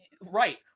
Right